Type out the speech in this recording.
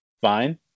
fine